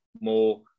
more